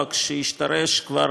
נוהג שהשתרש כבר,